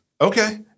Okay